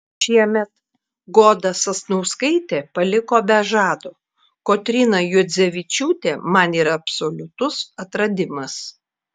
šiemet goda sasnauskaitė paliko be žado kotryna juodzevičiūtė man yra absoliutus atradimas